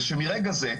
שמרגע זה,